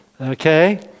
Okay